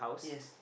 yes